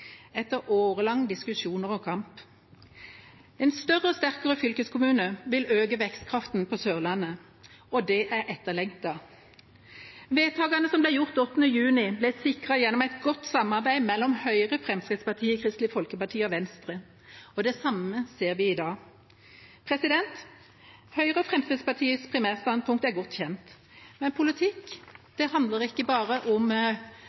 etter årelange diskusjoner og kamp. En større og sterkere fylkeskommune vil øke vekstkraften på Sørlandet, og det er etterlengtet. Vedtakene som ble gjort 8. juni, ble sikret gjennom et godt samarbeid mellom Høyre, Fremskrittspartiet, Kristelig Folkeparti og Venstre, og det samme ser vi i dag. Høyre og Fremskrittspartiets primærstandpunkt er godt kjent. Men politikk handler ikke bare om